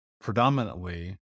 predominantly